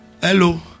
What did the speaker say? Hello